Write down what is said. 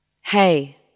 hey